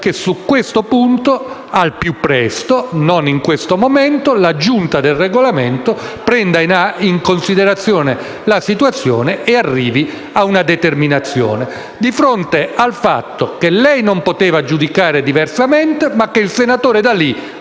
la richiesta che, al più presto e non in questo momento, la Giunta per il Regolamento prenda in considerazione la situazione e arrivi a una determinazione di fronte al fatto che lei non poteva giudicare diversamente, ma che il senatore D'Alì